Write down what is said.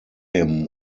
him